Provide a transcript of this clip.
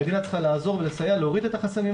המדינה צריכה לעזור ולסייע להוריד את החסמים